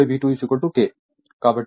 కాబట్టి KK 1